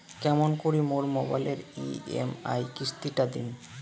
কেমন করি মোর মোবাইলের ই.এম.আই কিস্তি টা দিম?